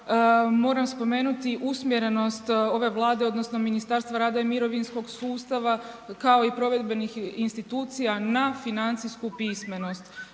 moram spomenuti usmjerenost ove Vlade, odnosno Ministarstva rada i mirovinskog sustava, kao i provedbenih institucija na financijsku pismenost.